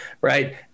right